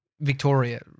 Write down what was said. Victoria